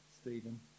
Stephen